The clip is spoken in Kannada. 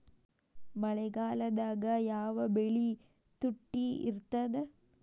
ಮಳೆಗಾಲದಾಗ ಯಾವ ಬೆಳಿ ತುಟ್ಟಿ ಇರ್ತದ?